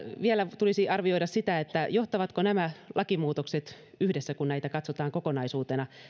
vielä tulisi arvioida sitä johtavatko nämä lakimuutokset yhdessä kun näitä katsotaan kokonaisuutena